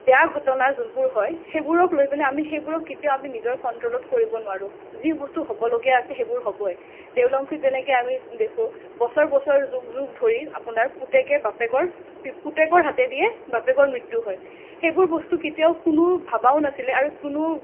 বেয়া ঘটনা যোনবোৰ হয় সেইবোৰক লৈ পিনে আমি সেইবোৰক কেতিয়াও আমি নিজক কনট্ৰ'লত কৰিব নোৱাৰোঁ যি বস্তু হ'বলগীয়া আছে সেইবোৰ হ'বই দেও লাংখুইত যেনেকে আমি দেখোঁ বছৰ বছৰ যুগ যুগ ধৰি আপোনাৰ পুতেকে বাপেকৰ পুতেকৰ হাতে দিয়ে বাপেকৰ মৃত্যু হয় সেইবোৰ বস্তু কেতিয়াও কোনেও ভবাও নাছিলে আৰু কোনেও